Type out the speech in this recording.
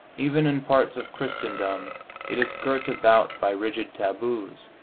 even in parts of christendom it is girt about by rigid taboos,